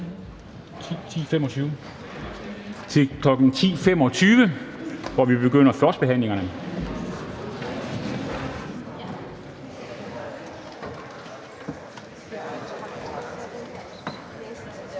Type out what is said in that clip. kl. 10.25, hvor vi begynder førstebehandlingerne.